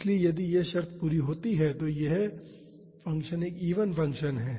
इसलिए यदि यह शर्त पूरी होती है तो यह फंक्शन एक इवन फंक्शन है